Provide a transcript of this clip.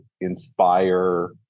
inspire